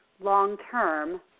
long-term